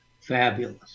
fabulous